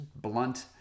blunt